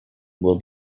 will